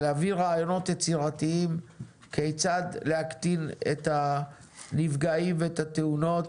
ולהביא רעיונות יצירתיים כיצד להקטין את הנפגעים ואת התאונות.